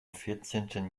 vierzehnten